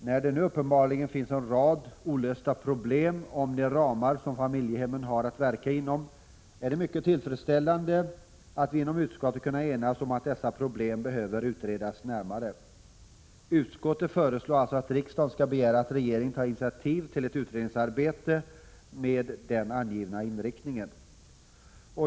När det nu uppenbarligen finns en rad olösta problem om de ramar som familjehemmen har att verka inom är det mycket tillfredsställande att vi inom utskottet har kunnat enas om att dessa problem behöver utredas närmare. Utskottet föreslår alltså att riksdagen skall begära att regeringen tar initiativ till ett utredningsarbete med den angivna inriktningen.